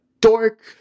dork